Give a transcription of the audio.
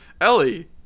Ellie